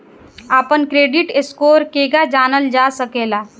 अपना credit score केगा जानल जा सकेला?